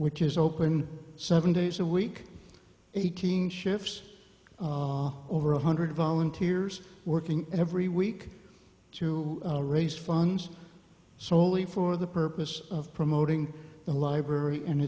which is open seven days a week eighteen chefs over one hundred volunteers working every week to raise funds solely for the purpose of promoting the library and